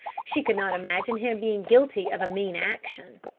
she could not imagine him being guilty of a mean action.